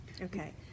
Okay